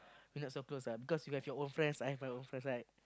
we not so close ah because you have your own friends I have my own friends right